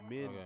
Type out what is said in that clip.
Men